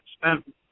spent